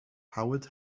howard